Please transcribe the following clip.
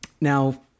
Now